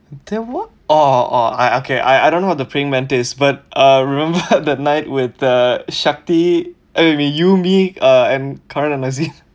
oh oh okay I I don't know what the praying mantis but uh remember the night with uh shakti you me uh and kamaramazin